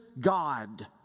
God